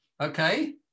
okay